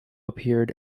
appeared